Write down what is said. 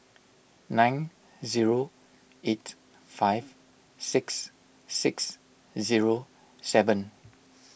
nine zero eight five six six zero seven